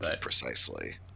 precisely